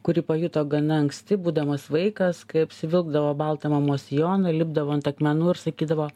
kurį pajuto gana anksti būdamas vaikas kai apsivilkdavo baltą mamos sijoną lipdavo ant akmenų ir sakydavo